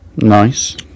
Nice